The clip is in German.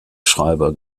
schreiber